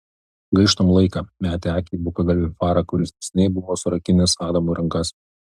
gaištam laiką metė akį į bukagalvį farą kuris neseniai buvo surakinęs adamui rankas